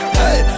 hey